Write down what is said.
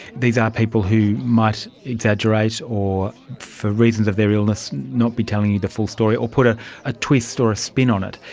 these are people who might exaggerate or, for reasons of their illness, not be telling you the full story, or put ah a twist or a spin on it.